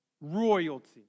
royalty